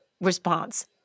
response